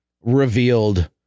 revealed